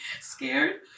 scared